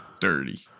dirty